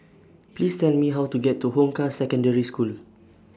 Please Tell Me How to get to Hong Kah Secondary School